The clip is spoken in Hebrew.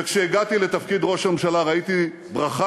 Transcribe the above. וכשהגעתי לתפקיד ראש הממשלה ראיתי ברכה